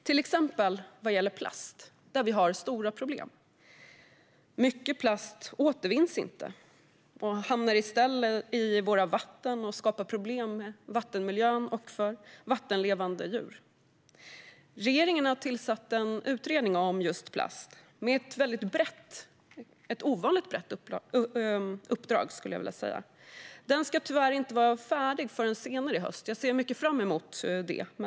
Ett exempel är plast som vi har stora problem med. Mycket plast återvinns inte och hamnar i stället i våra vatten och skapar problem för vattenmiljön och för vattenlevande djur. Regeringen har tillsatt en utredning om plast med ett ovanligt brett uppdrag. Den ska tyvärr inte vara färdig förrän senare i höst, men jag ser mycket fram emot att den ska komma.